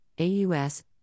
AUS